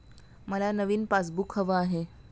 मला नवीन पासबुक हवं आहे